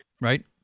Right